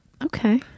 Okay